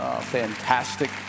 fantastic